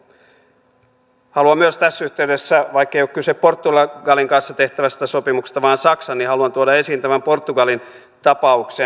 haluan myös tässä yhteydessä vaikkei ole kyse portugalin vaan saksan kanssa tehtävästä sopimuksesta tuoda esiin tämän portugalin tapauksen